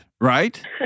right